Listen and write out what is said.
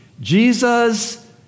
Jesus